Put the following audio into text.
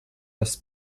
das